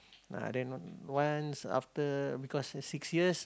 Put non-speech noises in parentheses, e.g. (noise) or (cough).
uh then (noise) once after because of six years